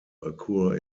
occur